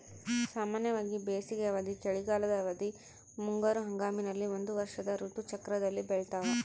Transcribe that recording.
ಸಾಮಾನ್ಯವಾಗಿ ಬೇಸಿಗೆ ಅವಧಿ, ಚಳಿಗಾಲದ ಅವಧಿ, ಮುಂಗಾರು ಹಂಗಾಮಿನಲ್ಲಿ ಒಂದು ವರ್ಷದ ಋತು ಚಕ್ರದಲ್ಲಿ ಬೆಳ್ತಾವ